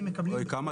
הדברים